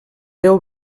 deu